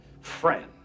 friend